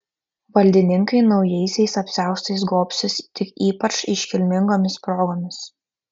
valdininkai naujaisiais apsiaustais gobsis tik ypač iškilmingomis progomis